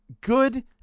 good